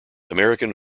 american